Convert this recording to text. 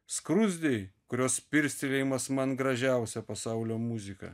skruzdei kurios pirstelėjimas man gražiausia pasaulio muzika